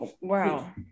Wow